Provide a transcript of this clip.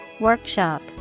Workshop